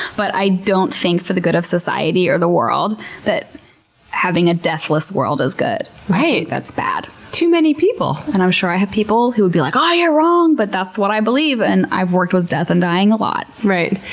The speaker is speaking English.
but i don't think, for the good of society or the world, that having a deathless world is good. that's bad. too many people. and i'm sure i have people who would be like, ahh. you're wrong, but that's what i believe, and i've worked with death and dying a lot. right.